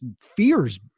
fears